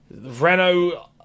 Renault